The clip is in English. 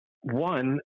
one